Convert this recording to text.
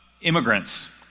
immigrants